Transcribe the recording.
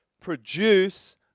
produce